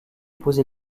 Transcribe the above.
posez